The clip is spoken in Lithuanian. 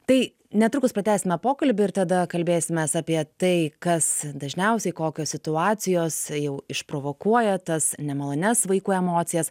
tai netrukus pratęsime pokalbį ir tada kalbėsimės apie tai kas dažniausiai kokios situacijos jau išprovokuoja tas nemalonias vaikų emocijas